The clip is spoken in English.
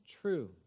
true